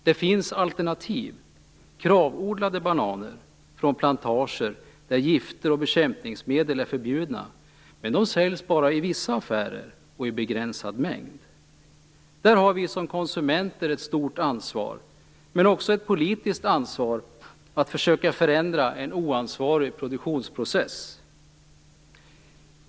Det finns alternativ, KRAV-odlade bananer från plantager där gifter och bekämpningsmedel är förbjudna, med de säljs bara i vissa affärer och i begränsad mängd. Där har vi som konsumenter ett stort ansvar - men också ett politiskt ansvar - att försöka förändra en oansvarig produktionsprocess.